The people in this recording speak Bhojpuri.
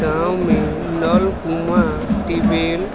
गांव में नल, कूंआ, टिबेल